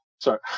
Sorry